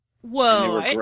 Whoa